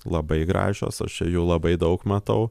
labai gražios aš čia jų labai daug matau